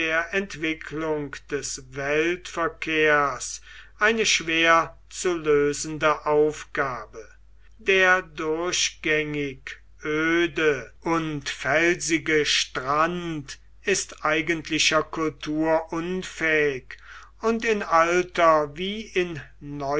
entwicklung des weltverkehrs eine schwer zu lösende aufgabe der durchgängig öde und felsige strand ist eigentlicher kultur unfähig und in alter wie in